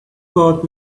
called